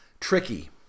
tricky